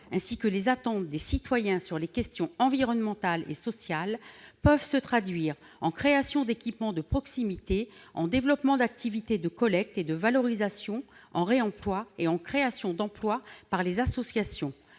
ainsi que les attentes des citoyens sur les questions environnementales et sociales peuvent se traduire en créations d'équipements de proximité, en développement d'activité de collecte et de valorisation en réemploi et en création d'emplois par les associations